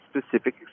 specific